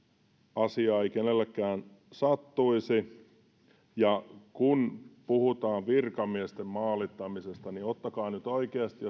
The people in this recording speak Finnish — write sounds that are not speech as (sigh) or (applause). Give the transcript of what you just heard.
asiaa ei kenellekään sattuisi kun puhutaan virkamiesten maalittamisesta niin ottakaa nyt oikeasti (unintelligible)